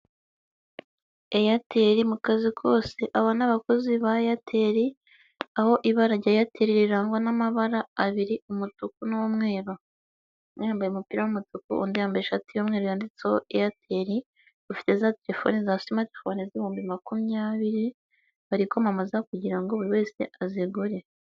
Airtel mu kazi kose. Aba ni abakozi ba Airtel aho ibara rya Airtel rirangwa n'amabara abiri umutuku n'umweru, umwe yambaye umupira w'umutuku undi yambaye ishati y'umweru yanditseho Airtel, bafite za telefone za simatifone z'ibihumbi makumyabiri, bari kwamamaza kugira ngo buri wese azigure.